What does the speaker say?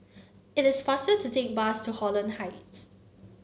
it is faster to take the bus to Holland Heights